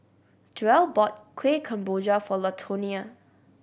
Joel bought Kueh Kemboja for Latonia